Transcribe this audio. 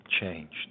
changed